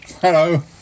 Hello